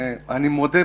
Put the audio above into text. אני מודה,